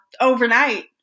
overnight